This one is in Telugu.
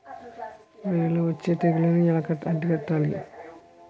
వరిలో వచ్చే తెగులని ఏలా అరికట్టాలి?